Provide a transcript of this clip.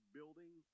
Building